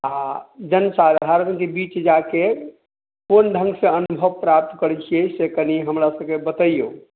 आ जनसाधारण के बीच जा के जे बहुत अनुभव प्राप्त करै छियै से कनी हमरा सब के बतैयो